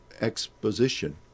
exposition